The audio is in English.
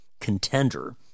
contender